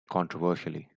controversially